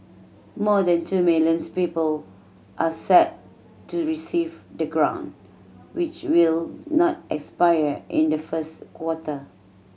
more than two millions people are set to receive the grant which will not expire in the first quarter